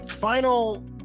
final